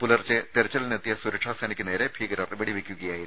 പുലർച്ചെ തെരച്ചിലിനെത്തിയ സുരക്ഷാ സേനയ്ക്ക് നേരെ ഭീകരർ വെടിവെയ്ക്കുകയായിരുന്നു